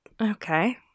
Okay